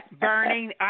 Burning